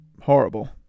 horrible